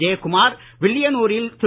ஜெயக்குமார் வில்லியனூரில் திரு